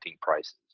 prices